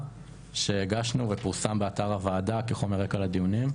שהגשנו ופורסם באתר הוועדה כחומר רקע לדיון.